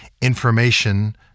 information